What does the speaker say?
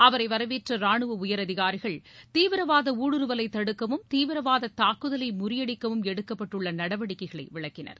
அவரை வரவேற்ற ராணுவ உயர் அதிகாரிகள் தீவிரவாத ஊடுருவலை தடுக்கவும் தீவிரவாத தாக்குதலை முறியடிக்கவும் எடுக்கப்பட்டுள்ள நடவடிக்கைகளை விளக்கினர்